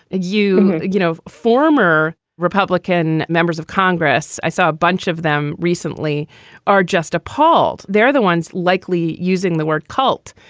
you, you know, former republican members of congress. i saw a bunch of them recently are just appalled. they're the ones likely using the word cult.